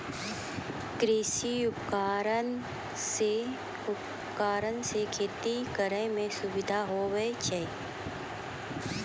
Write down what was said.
कृषि उपकरण से खेती करै मे सुबिधा हुवै छै